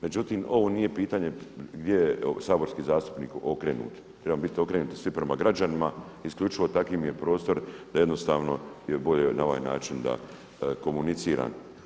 Međutim ovo nije pitanje gdje je saborski zastupnik okrenut, trebamo biti okrenuti svi prema građanima i isključivo takav mi je prostor da jednostavno je bolje na ovaj način da komuniciram.